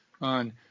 on